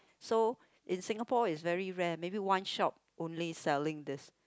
so in Singapore is very rare maybe one shop only selling this